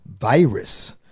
virus